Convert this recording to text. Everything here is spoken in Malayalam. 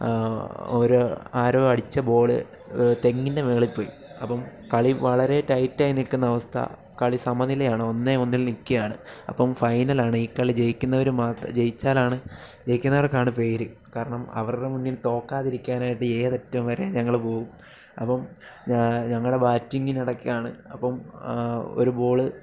ഒരു ആരോ അടിച്ച ബോള് തെങ്ങിൻ്റെ മേളിൽ പോയി അപ്പം കളി വളരെ ടൈറ്റ് ആയി നിൽക്കുന്ന അവസ്ഥ കളി സമനിലയാണ് ഒന്നേ ഒന്നിൽ നിൽക്കുകയാണ് അപ്പം ഫൈനലാണ് ഈ കളി ജയിക്കുന്നവർ മാത്രം ജയിച്ചാലാണ് ജയിക്കുന്നവർക്ക് ആണ് പേര് കാരണം അവരുടെ മുന്നിൽ തോൽക്കാതിരിക്കാനായിട്ട് ഏതറ്റം വരെ ഞങ്ങൾ പോകും അപ്പം ഞാൻ ഞങ്ങളുടെ ബാറ്റിങ്ങിന് ഇടയ്ക്കാണ് അപ്പം ഒരു ബോള്